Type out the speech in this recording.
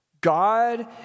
God